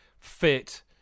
fit